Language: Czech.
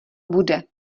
bude